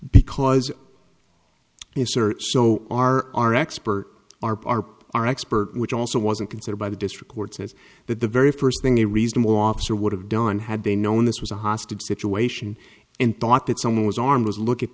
because you sir so are our expert our our expert which also wasn't considered by the district courts is that the very first thing a reasonable officer would have done had they known this was a hostage situation and thought that someone was armed was look at